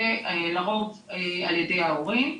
ולרוב על ידי ההורים.